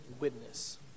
witness